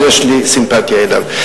אז יש לי סימפתיה אליו.